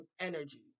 energy